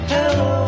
Hello